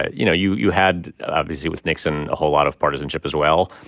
you know, you you had, obviously, with nixon a whole lot of partisanship, as well.